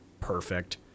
perfect